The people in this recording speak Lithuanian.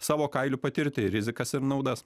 savo kailiu patirti ir rizikas ir naudos